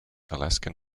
alaskan